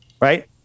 right